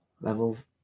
levels